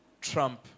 Trump